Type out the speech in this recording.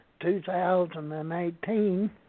2018